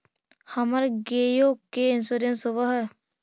हमर गेयो के इंश्योरेंस होव है?